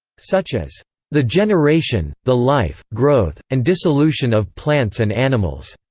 such as the generation, the life, growth, and dissolution of plants and animals,